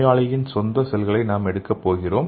நோயாளியின் சொந்த செல்களை நாம் எடுக்கப் போகிறோம்